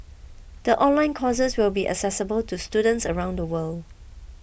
the online courses will be accessible to students around the world